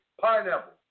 pineapple